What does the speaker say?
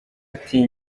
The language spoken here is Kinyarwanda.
ati